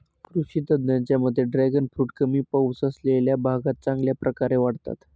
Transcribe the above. कृषी तज्ज्ञांच्या मते ड्रॅगन फ्रूट कमी पाऊस असलेल्या भागात चांगल्या प्रकारे वाढतात